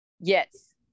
Yes